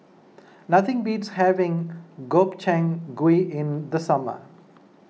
nothing beats having Gobchang Gui in the summer